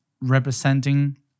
representing